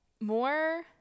More